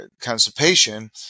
constipation